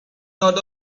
not